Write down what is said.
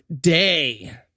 Day